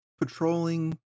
patrolling